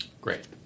Great